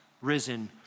risen